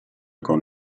con